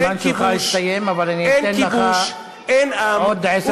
הזמן שלך הסתיים, אבל אתן לך עוד עשר שניות.